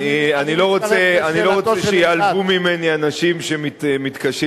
אני לא רוצה שייעלבו ממני אנשים שמתקשים